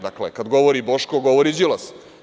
Dakle, kad govori Boško, govori Đilas.